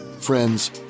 friends